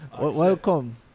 Welcome